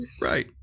Right